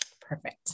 Perfect